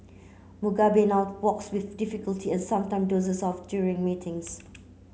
Mugabe now walks with difficulty and sometime dozes off during meetings